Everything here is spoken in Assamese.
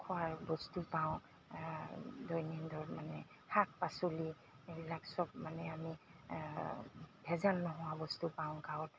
খোৱাৰ বস্তু পাওঁ দৈনন্দিন মানে শাক পাচলি এইবিলাক চব মানে আমি ভেজাল নোহোৱা বস্তু পাওঁ গাঁৱত